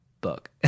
book